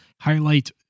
highlight